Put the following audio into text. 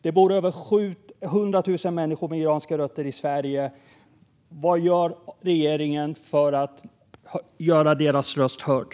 Det bor över 100 000 människor med iranska rötter i Sverige. Vad gör regeringen för att deras röst ska höras?